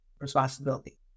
responsibility